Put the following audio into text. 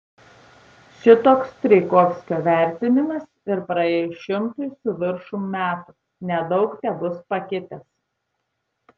šitoks strijkovskio vertinimas ir praėjus šimtui su viršum metų nedaug tebus pakitęs